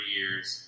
years